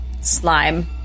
slime